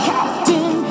Captain